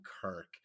kirk